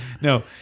no